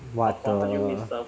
what the